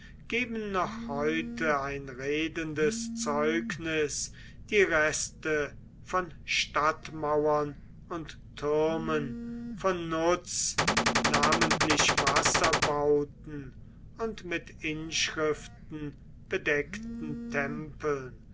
geben noch heute ein redendes zeugnis die reste von stadtmauern und türmen von nutz namentlich wasserbauten und mit inschriften bedeckten tempeln